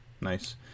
Nice